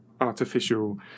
artificial